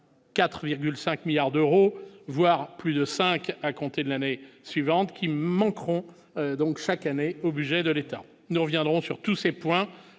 4,5 milliards d'euros voir plus de 5 à compter de l'année suivante, qui me manqueront donc chaque année au budget de l'État, nous reviendrons sur tous ces points